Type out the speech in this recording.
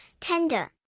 tender